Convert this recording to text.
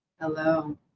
Hello